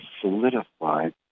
solidified